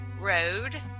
Road